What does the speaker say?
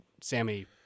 Sammy